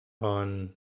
on